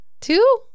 Two